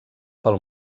pel